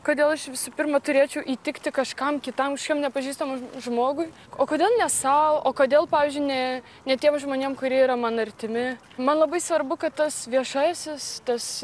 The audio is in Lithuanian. kodėl aš visų pirma turėčiau įtikti kažkam kitam kažkokiam nepažįstamam žmogui o kodėl ne sau o kodėl pavyzdžiui ne ne tiem žmonėm kurie yra man artimi man labai svarbu kad tas viešasis tas